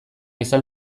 izan